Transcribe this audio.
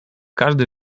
każdy